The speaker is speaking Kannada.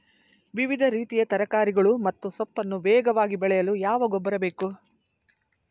ವಿವಿಧ ರೀತಿಯ ತರಕಾರಿಗಳು ಮತ್ತು ಸೊಪ್ಪನ್ನು ವೇಗವಾಗಿ ಬೆಳೆಯಲು ಯಾವ ಗೊಬ್ಬರ ಬೇಕು?